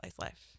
life